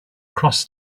cross